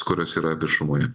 kurios yra viešumoj